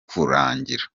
kurangira